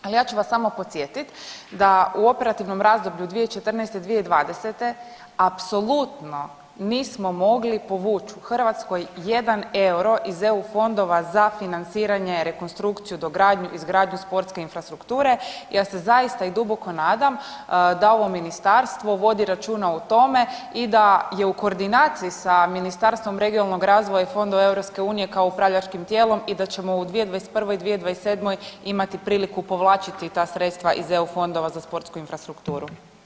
A ja ću vas samo podsjetit da u operativnom razdoblju 2014.-2020. apsolutno nismo mogli povuć u Hrvatskoj jedan euro iz eu fondova za financiranje, rekonstrukciju, dogradnju, izgradnju sportske infrastrukture i ja se zaista i duboko nadam da ovo ministarstvo vodi računa o tome i da je u koordinaciji sa Ministarstvom regionalnog razvoja i fondova EU kao upravljačkim tijelom i da ćemo u 2021.-2027. imati priliku povlačiti ta sredstva iz eu fondova za sportsku infrastrukturu.